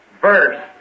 verse